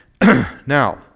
Now